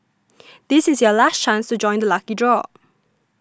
this is your last chance to join the lucky draw